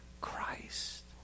Christ